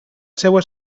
seua